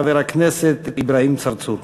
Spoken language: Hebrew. חבר הכנסת אברהים צרצור.